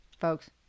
Folks